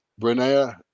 Brenna